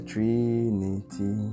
Trinity